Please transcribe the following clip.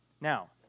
Now